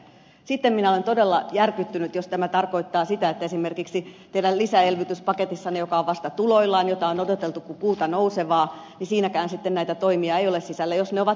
sitten minä olen todella järkyttynyt jos tämä tarkoittaa sitä että esimerkiksi teidän lisäelvytyspaketissanne joka on vasta tuloillaan jota on odoteltu kuin kuuta nousevaa jos siinäkään sitten näitä toimia ei ole sisällä jos ne ovat kerta niin riittävät